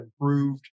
improved